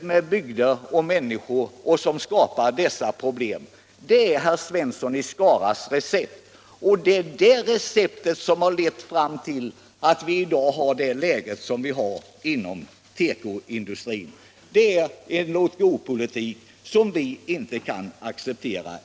med bygder och män niskor, vilket skapar dessa problem. Det är herr Svenssons i Skara recept. — Nr 138 Det är det recept som har lett till att vi i dag har det läge som vi har : 3 . 5 a cd Onsdagen den inom tekoindustrin. Det är en låtgåpolitik som vi inte kan acceptera.